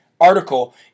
article